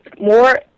more